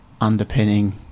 underpinning